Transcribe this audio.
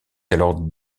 alors